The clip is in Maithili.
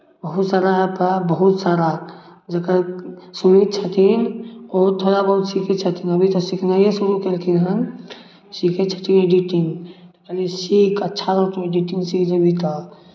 बहुत सारा ऐप हए बहुत सारा सङ्गी छथिन ओ थोड़ा बहुत सीखै छथिन अभी तऽ सिखनाइए शुरू कयलखिन हन सीखै छथिन एडिटिंग कहली सीख अच्छा रहतौ एडिटिंग सीख जेबही तऽ